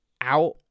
out